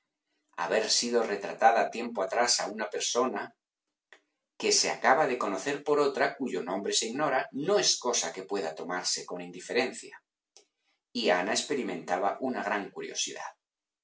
haber sido retratada tiempo atrás a una persona que se acaba de conocer por otra cuyo nombre se ignora no es cosa que pueda tomarse con indiferencia y ana experimentaba una gran curiosidad